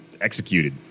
executed